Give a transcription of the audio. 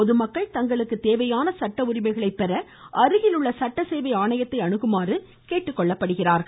பொதுமக்கள் தங்களுக்கு வேண்டிய சட்ட உரிமைகளை பெற அருகில் உள்ள சட்டசேவை ஆணைத்தை அனுகுமாறு கேட்டுக்கொள்ளப்படுகிறார்கள்